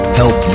help